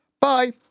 Bye